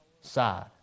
side